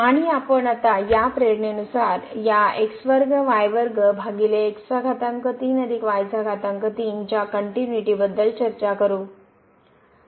आणि आपण आता या प्रेरणेनुसार या च्या कनट्युनिटी बद्दल चर्चा करू